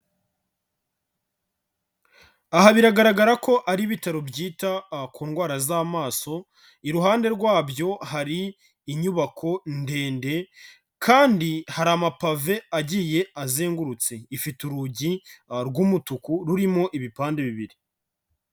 Aha biragaragara ko ari ibitaro byita ku ndwara z'amaso, iruhande rwabyo hari inyubako ndende kandi hari amapave agiye azengurutse, ifite urugi rw'umutuku rurimo ibipande bibiri.